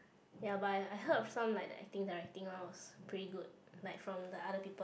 ya but I I heard of some like the acting directing one was pretty good like from the other people